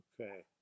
Okay